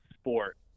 sport